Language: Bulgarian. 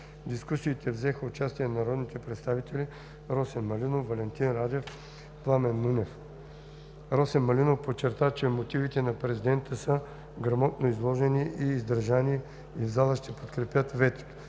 дискусията взеха участие народните представители Росен Малинов, Валентин Радев и Пламен Нунев. Росен Малинов подчерта, че мотивите на президента са грамотно изложени и издържани и в залата ще подкрепят ветото.